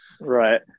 right